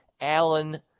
Alan